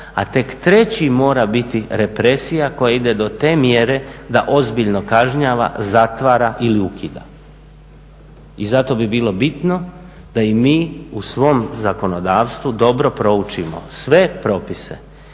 a tek treći mora biti represija koja ide do te mjere da ozbiljno kažnjava, zatvara ili ukida. I zato bi bilo bitno da i mi u svom zakonodavstvu dobro proučimo sve propise